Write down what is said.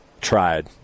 tried